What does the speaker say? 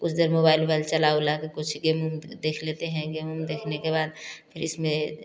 कुछ देर मोबाइल ओबाइल चला उला के कुछ गेमिंग देख लेते हैं गेम उम देखने के बाद फिर इसमें